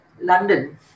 London